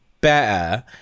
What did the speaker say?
better